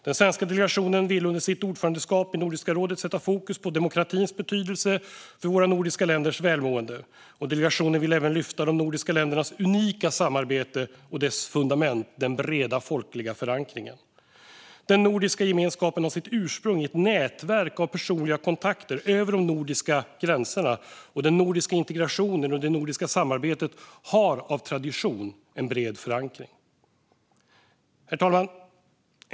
Den svenska delegationen ville under sitt ordförandeskap i Nordiska rådet sätta fokus på demokratins betydelse för våra nordiska länders välmående. Delegationen ville även lyfta fram de nordiska ländernas unika samarbete och dess fundament - den breda folkliga förankringen. Den nordiska gemenskapen har sitt ursprung i ett nätverk av personliga kontakter över de nordiska gränserna, och den nordiska integrationen och det nordiska samarbetet har av tradition en bred förankring. Herr talman!